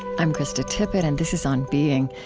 i'm krista tippett, and this is on being.